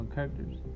Characters